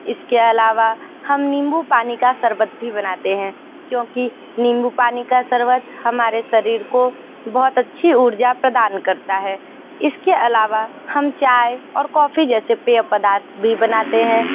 इसके अलावा हम नींबू पानी का शरबत भी बनाते हैं क्योंकि नींबू पानी का शरबत हमारे शरीर को बहुत अच्छी ऊर्जा प्रदान करता है इसके अलावा हम चाय और कॉफी जैसे पेय पदार्थ भी बनाते हैं